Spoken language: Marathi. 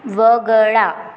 वगळा